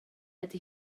ydy